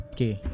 Okay